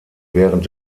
während